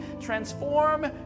transform